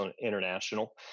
international